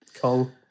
Kong